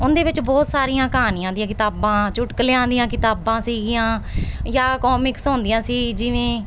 ਉਹਦੇ ਵਿੱਚ ਬਹੁਤ ਸਾਰੀਆਂ ਕਹਾਣੀਆਂ ਦੀਆਂ ਕਿਤਾਬਾਂ ਚੁਟਕਲਿਆਂ ਦੀਆਂ ਕਿਤਾਬਾਂ ਸੀਗੀਆਂ ਜਾਂ ਕੌਮਿਕਸ ਹੁੰਦੀਆਂ ਸੀ ਜਿਵੇਂ